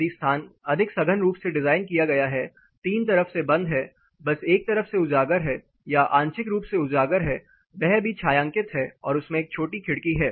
यदि स्थान अधिक सघन रूप से डिज़ाइन किया गया है तीन तरफ से बंद है बस एक तरफ उजागर है या आंशिक रूप से उजागर है वह भी छायांकित है और उसमें एक छोटी खिड़की है